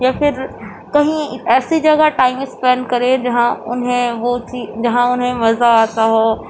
یا پھر کہیں ایسی جگہ ٹائم اسپنڈ کرے جہاں انہیں وہ چی جہاں انہیں مزہ آتا ہو